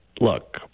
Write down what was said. look